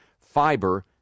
fiber